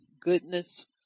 goodness